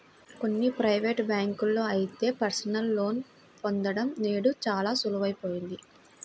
కొన్ని ప్రైవేటు బ్యాంకుల్లో అయితే పర్సనల్ లోన్ పొందడం నేడు చాలా సులువయిపోయింది